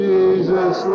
Jesus